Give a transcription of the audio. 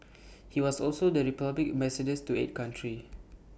he was also the republic's Ambassador to eight countries